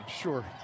Sure